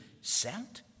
Sent